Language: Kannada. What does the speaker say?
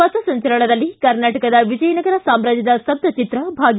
ಪಥಸಂಚಲನದಲ್ಲಿ ಕರ್ನಾಟಕದ ವಿಜಯನಗರ ಸಾಮ್ರಾಜ್ಯದ ಸೃಬ್ಧಚಿತ್ರ ಭಾಗಿ